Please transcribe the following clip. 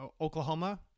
Oklahoma